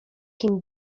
kim